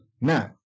now